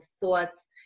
thoughts